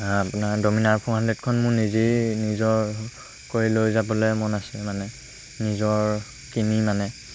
আপোনাৰ ড'মিনাৰ ফ'ৰ হাণ্ড্ৰেডখন মোৰ নিজেই নিজৰ কৰি লৈ যাবলৈ মন আছে মানে নিজৰ কিনি মানে